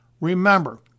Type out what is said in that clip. Remember